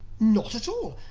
not at all.